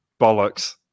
Bollocks